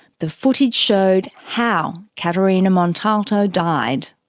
the footage showed how caterina montalto died.